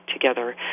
together